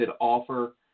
offer